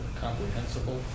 comprehensible